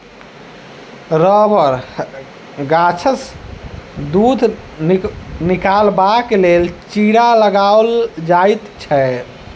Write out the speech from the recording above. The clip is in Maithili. रबड़ गाछसँ दूध निकालबाक लेल चीरा लगाओल जाइत छै